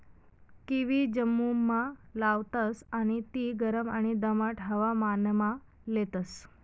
kiwi जम्मुमा लावतास आणि ती गरम आणि दमाट हवामानमा लेतस